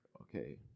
okay